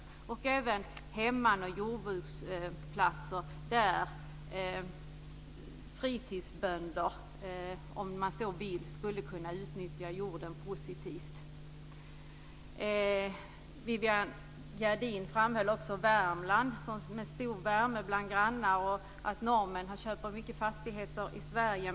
Detsamma gäller även hemmans och jordbruksplatser där fritidsbönder, om man så vill, skulle kunna utnyttja jorden positivt. Viviann Gerdin framhöll att Värmland ses med stor värme bland grannarna och att norrmän köper fastigheter i Sverige.